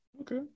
Okay